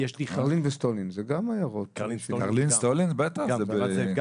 כן, קרלין סטולין, בטח, בוודאי.